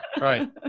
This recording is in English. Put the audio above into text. right